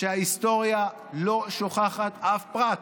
שההיסטוריה לא שוכחת אף פרט,